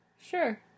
Sure